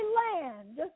land